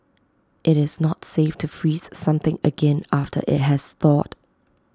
IT is not safe to freeze something again after IT has thawed